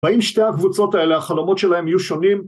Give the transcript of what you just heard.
‫האם שתי הקבוצות האלה, ‫החלומות שלהן יהיו שונים?